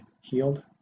healed